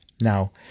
Now